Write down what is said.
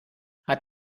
hat